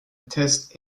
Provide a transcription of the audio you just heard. test